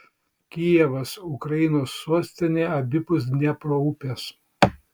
kijevas ukrainos sostinė abipus dniepro upės